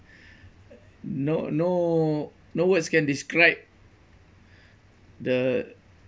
no no no words can describe the